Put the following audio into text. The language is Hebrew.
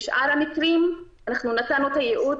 בשאר המקרים נתנו את הייעוץ.